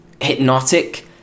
hypnotic